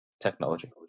technology